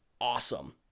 Awesome